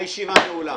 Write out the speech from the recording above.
תודה, הישיבה נעולה.